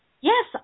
Yes